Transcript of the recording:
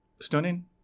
stunning